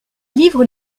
livres